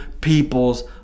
people's